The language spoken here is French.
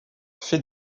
fait